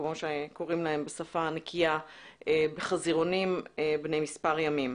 כמו שקוראים להן בשפה הנקייה בחזירונים בני מספר ימים.